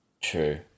True